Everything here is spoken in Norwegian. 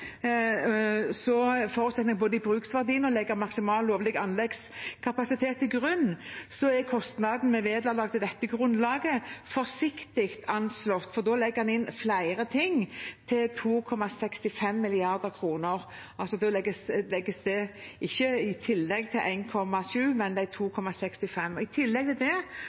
maksimal lovlig anleggskapasitet legges til grunn – er kostnadene til vederlag på dette grunnlaget forsiktig anslått, for da legger en inn flere ting, til 2,65 mrd. kr. Da legges det altså ikke i tillegg til 1,7 mrd. kr, men 2,65 mrd. kr. I tillegg til det